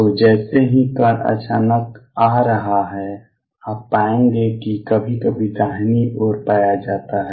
तो जैसे ही कण अचानक आ रहा है आप पाएंगे कि कभी कभी दाहिनी ओर पाया जाता है